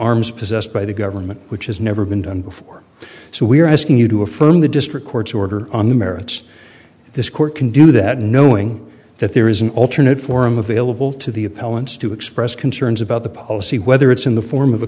arms possessed by the government which has never been done before so we are asking you to affirm the district court's order on the merits this court can do that knowing that there is an alternate forum available to the appellants to express concerns about the policy whether it's in the form of a